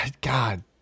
God